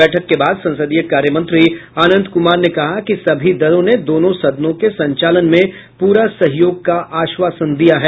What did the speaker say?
बैठक के बाद संसदीय कार्य मंत्री अनंत कुमार ने कहा कि सभी दलों ने दोनों सदनों के संचालन में पूरा सहयोग का आश्वासन दिया है